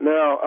Now